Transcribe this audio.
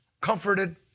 comforted